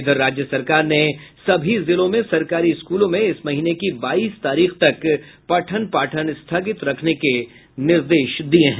इधर राज्य सरकार ने सभी जिलों में सरकारी स्कूलों में इस महीने की बाईस तारीख तक पठन पाठन स्थगित रखने के निर्देश दिये हैं